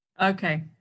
Okay